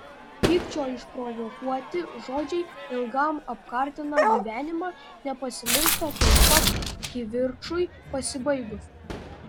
pykčio išprovokuoti žodžiai ilgam apkartina gyvenimą nepasimiršta tuoj pat kivirčui pasibaigus